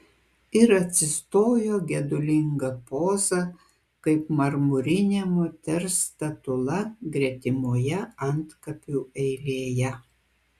ir atsistojo gedulinga poza kaip marmurinė moters statula gretimoje antkapių eilėje